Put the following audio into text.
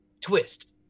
twist